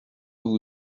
vous